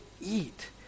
eat